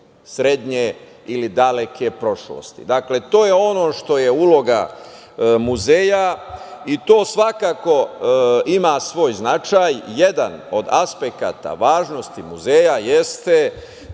srednje ili daleke prošlosti. Dakle, to je ono što je uloga muzeja i to svakako ima svoj značaj. Jedan od aspekata važnosti muzeja jeste